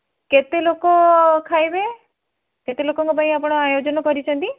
କେତେ ଲୋକ ଖାଇବେ କେତେ ଲୋକଙ୍କ ପାଇଁ ଆପଣ ଆୟୋଜନ କରିଛନ୍ତି